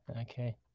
Okay